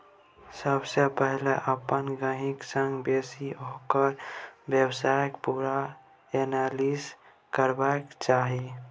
सबसँ पहिले अपन गहिंकी संग बैसि ओकर बेपारक पुरा एनालिसिस करबाक चाही